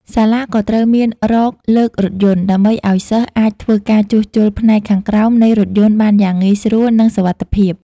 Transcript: សាលាក៏ត្រូវមាន រ៉កលើករថយន្ត ដើម្បីឱ្យសិស្សអាចធ្វើការជួសជុលផ្នែកខាងក្រោមនៃរថយន្តបានយ៉ាងងាយស្រួលនិងសុវត្ថិភាព។